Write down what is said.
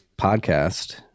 podcast